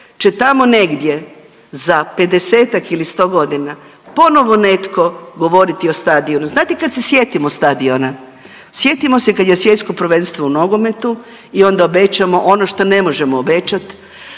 će tamo negdje za 50-tak ili 100.g. ponovo netko govoriti o stadionu. Znate kad se sjetimo stadiona? Sjetimo se kad je svjetsko prvenstvo u nogometu i onda obećamo ono šta ne možemo obećat.